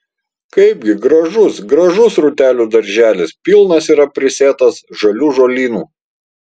kaipgi gražus gražus rūtelių darželis pilnas yra prisėtas žalių žolynų